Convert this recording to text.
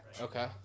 Okay